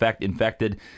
infected